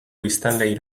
biztanleei